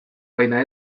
baina